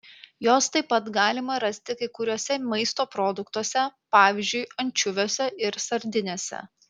jos taip pat galima rasti kai kuriuose maisto produktuose pavyzdžiui ančiuviuose ir sardinėse